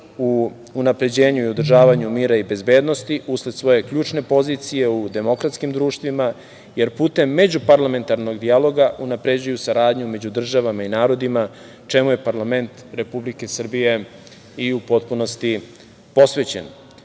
u unapređenju i održavanju mira i bezbednosti usled svoje ključne pozicije u demokratskim društvima, jer putem međuparlamentarnog dijaloga unapređuju saradnju među državama i narodima, čemu je parlament Republike Srbije i u potpunosti posvećen. Verujem